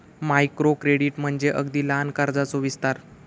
micro credit म्हणजे अगदी लहान कर्जाचो विस्तार